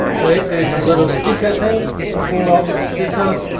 okay there's a little sticker thing pull out the sticker